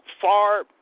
far